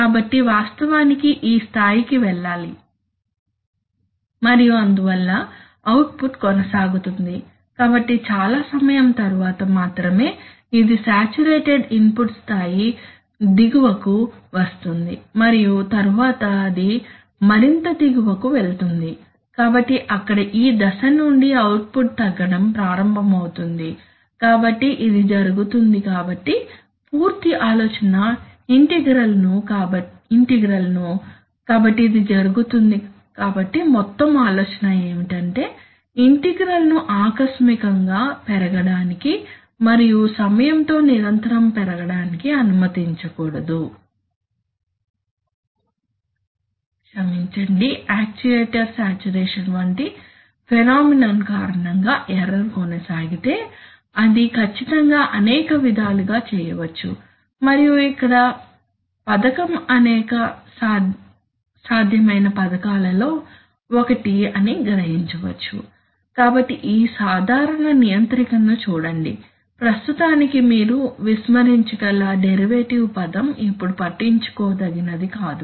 కాబట్టి వాస్తవానికి ఈ స్థాయి కి వెళ్ళాలి మరియు అందువల్ల అవుట్పుట్ కొనసాగుతుంది కాబట్టి చాలా సమయం తరువాత మాత్రమే ఇది సాచురేటెడ్ ఇన్పుట్ స్థాయి దిగువకు వస్తుంది మరియు తరువాత అది మరింత దిగువకు వెళుతుంది కాబట్టి అక్కడ ఈ దశ నుండి అవుట్పుట్ తగ్గడం ప్రారంభమవుతుంది కాబట్టి ఇది జరుగుతుంది కాబట్టి పూర్తి ఆలోచన ఇంటెగ్రల్ ను కాబట్టి ఇది జరుగుతుంది కాబట్టి మొత్తం ఆలోచన ఏమిటంటే ఇంటిగ్రల్ ను ఆకస్మికంగా పెరగడానికి మరియు సమయంతో నిరంతరం పెరగడానికి అనుమతించకూడదు క్షమించండి యాక్యుయేటర్ సాచురేషన్ వంటి ఫెనొమెనొన్ కారణంగా ఎర్రర్ కొనసాగితే అది ఖచ్చితంగా అనేక విధాలుగా చేయవచ్చు మరియు ఇక్కడ ఈ పథకం అనేక సాధ్యమైన పథకాలలో ఒకటి అని గ్రహించవచ్చు కాబట్టి ఈ సాధారణ నియంత్రికను చూడండి ప్రస్తుతానికి మీరు విస్మరించగల డెరివేటివ్ పదం ఇప్పుడు పట్టించుకోదగినది కాదు